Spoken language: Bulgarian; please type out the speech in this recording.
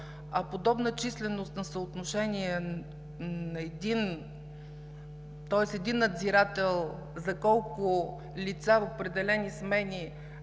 А подобна численост на съотношение, тоест един надзирател за колко лица и определени смени